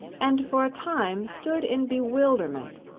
and for a time stood in bewilderment,